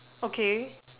okay